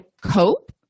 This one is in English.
cope